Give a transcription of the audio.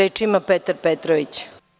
Reč ima Petar Petrović.